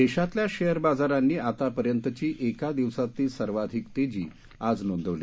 देशातल्या शेअर बाजारांनी आतापर्यंतची एका दिवसातली सर्वाधिक तेजी आज नोंदवली